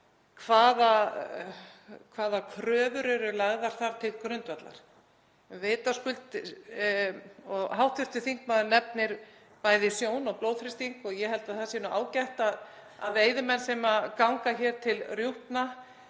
hvaða kröfur eru lagðar þar til grundvallar. Hv. þingmaður nefnir bæði sjón og blóðþrýsting og ég held að það sé ágætt að veiðimenn sem ganga til rjúpna